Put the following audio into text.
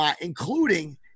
including